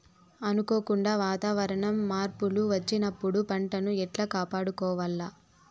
అనుకోకుండా వాతావరణ మార్పులు వచ్చినప్పుడు పంటను ఎట్లా కాపాడుకోవాల్ల?